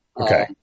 Okay